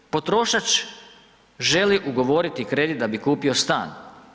Potrošač želi ugovoriti kredit da bi kupio stan.